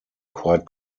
quite